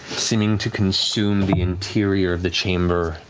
seeming to consume the interior of the chamber,